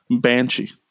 banshee